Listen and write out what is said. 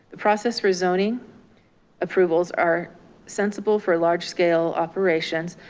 the process rezoning approvals are sensible for large scale operations.